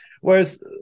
Whereas